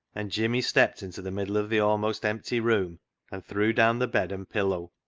and jimmy stepped into the middle of the almost empty room and threw down the bed and pillow,